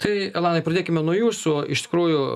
tai elanai pradėkime nuo jūsų iš tikrųjų